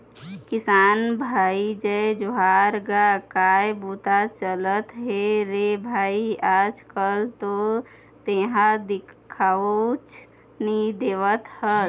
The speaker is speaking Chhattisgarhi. किसान भाई जय जोहार गा काय बूता चलत हे रे भई आज कल तो तेंहा दिखउच नई देवत हस?